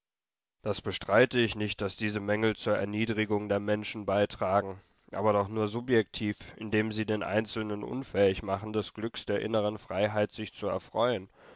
das bestreite ich nicht daß diese mängel zur erniedrigung der menschen beitragen aber doch nur subjektiv indem sie den einzelnen unfähig machen des glücks der inneren freiheit sich zu erfreuen